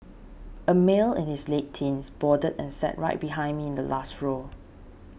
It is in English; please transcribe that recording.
a male in his late teens boarded and sat right behind me in the last row